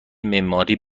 معماری